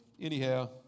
anyhow